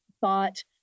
thought